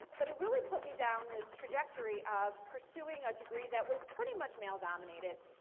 but it really put me down this trajectory of pursuing a degree that was pretty much male dominated,